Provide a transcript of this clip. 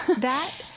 that,